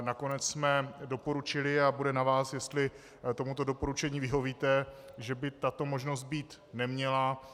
Nakonec jsme doporučili, a bude na vás, jestli tomuto doporučení vyhovíte, že by tato možnost být neměla.